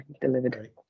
delivered